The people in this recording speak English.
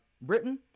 britain